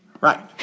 Right